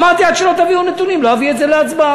אמרתי: עד שלא תביאו נתונים לא אביא את זה להצבעה.